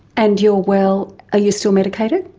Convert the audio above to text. and you're well? are you still medicated?